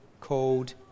called